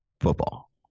football